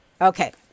Okay